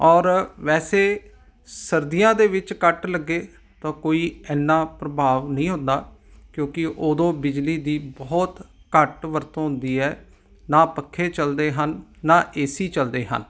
ਔਰ ਵੈਸੇ ਸਰਦੀਆਂ ਦੇ ਵਿੱਚ ਕੱਟ ਲੱਗੇ ਤਾਂ ਕੋਈ ਇੰਨਾਂ ਪ੍ਰਭਾਵ ਨਹੀਂ ਹੁੰਦਾ ਕਿਉਂਕਿ ਉਦੋਂ ਬਿਜਲੀ ਦੀ ਬਹੁਤ ਘੱਟ ਵਰਤੋਂ ਹੁੰਦੀ ਹੈ ਨਾ ਪੱਖੇ ਚਲਦੇ ਹਨ ਨਾ ਏਸੀ ਚਲਦੇ ਹਨ